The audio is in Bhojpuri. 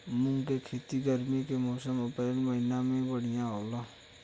मुंग के खेती गर्मी के मौसम अप्रैल महीना में बढ़ियां होला?